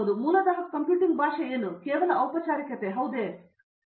ಈಗ ನೀವು ಮೂಲತಃ ಕಂಪ್ಯೂಟಿಂಗ್ ಭಾಷೆ ಏನು ಕೇವಲ ಔಪಚಾರಿಕತೆ ಸರಿ